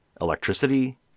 electricity